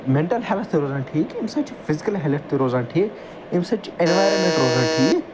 mental health تہِ روزان ٹھیٖک ییٚمہِ سۭتۍ چھُ فزکٕل ہیٚلٕتھ تہِ روزان ٹھیٖک ییٚمہِ سۭتۍ چھُ ایٚنویٚرانمیٚنٛٹ روزان ٹھیٖک